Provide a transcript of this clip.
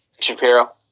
Shapiro